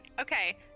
Okay